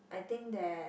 I think that